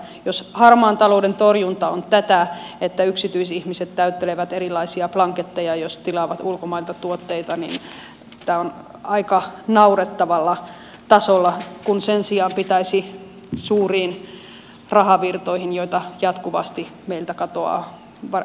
jos harmaan talouden torjunta on tätä että yksityisihmiset täyttelevät erilaisia blanketteja jos tilaavat ulkomailta tuotteita niin tämä on aika naurettavalla tasolla kun sen sijaan pitäisi puuttua suuriin rahavirtoihin joita jatkuvasti meiltä katoaa veroparatiiseihin